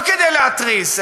לא כדי להתריס,